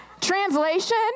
Translation